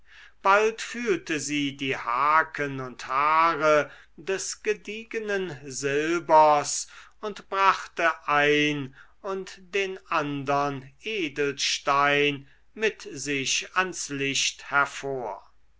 bald fühlte sie die haken und haare des gediegenen silbers und brachte ein und den andern edelstein mit sich ans licht hervor